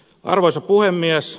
arvoisa puhemies